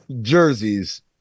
jerseys